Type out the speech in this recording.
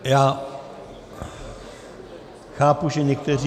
Já chápu, že někteří...